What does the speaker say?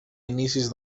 inicis